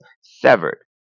severed